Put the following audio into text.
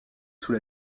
sous